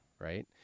right